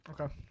Okay